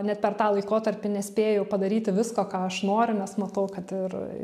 net per tą laikotarpį nespėju padaryti visko ką aš noriu nes matau kad ir